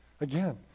Again